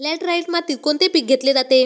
Laterite मातीत कोणते पीक घेतले जाते?